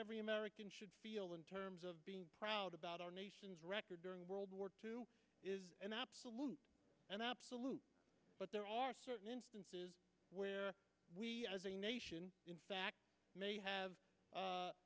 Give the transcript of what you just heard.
very american should feel in terms of being proud about our nation's record during world war two is an absolute and absolute but there are certain instances where in fact may have